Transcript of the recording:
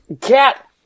Cat